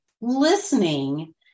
listening